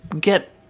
get